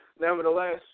Nevertheless